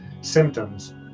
symptoms